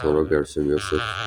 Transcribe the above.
לטכנולוגיה על שם יוזף",